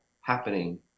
happening